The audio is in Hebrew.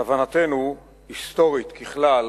להבנתנו, היסטורית, ככלל